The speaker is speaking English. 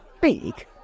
Big